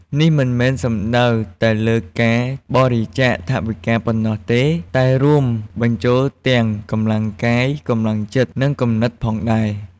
នេះមិនមែនសំដៅតែលើការបរិច្ចាគថវិកាប៉ុណ្ណោះទេ តែរួមបញ្ចូលទាំង កម្លាំងកាយ កម្លាំងចិត្ត និងគំនិត ផងដែរ។